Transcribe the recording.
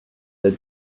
that